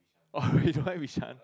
oh you don't like Bishan